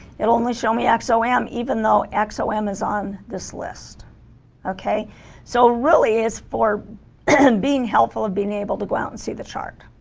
it'll only show me exo-m ah um even though exo-m is on this list okay so really is for and being helpful of being able to go out and see the chart